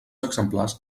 exemplars